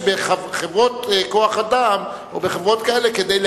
בחברות כוח-אדם או בחברות כאלה כדי,